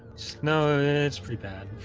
snow it's pretty bad.